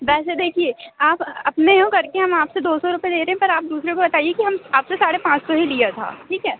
वैसे देखिए आप अपने हो करके हम आपसे दो सौ रुपए ले रहे हैं पर आप दूसरे को बताइए कि हम आपसे साढ़े पाँच सौ ही लिया था ठीक है